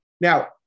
Now